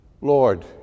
Lord